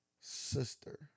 sister